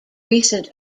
recent